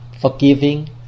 forgiving